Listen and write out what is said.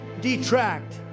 detract